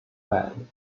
band